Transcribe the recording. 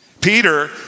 Peter